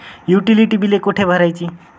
Utility बिले कुठे भरायची?